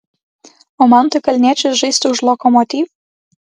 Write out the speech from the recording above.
o mantui kalniečiui žaisti už lokomotiv